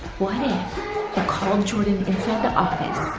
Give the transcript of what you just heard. what if you called jordan inside the office